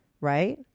Right